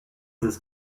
this